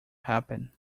happen